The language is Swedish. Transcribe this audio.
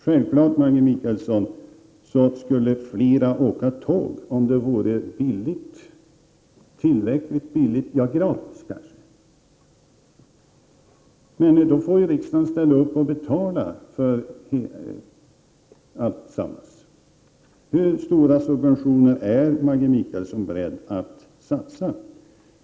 Självfallet skulle fler åka tåg, Maggi Mikaelsson, om det vore tillräckligt billigt, kanske gratis, men då får riksdagen ställa upp och betala för alltsammans. Hur stora subventioner är Maggi Mikaelsson beredd att satsa?